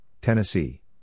Tennessee